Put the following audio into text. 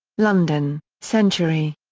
london century.